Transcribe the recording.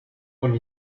con